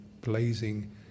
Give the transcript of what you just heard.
blazing